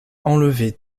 enlever